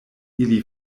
ili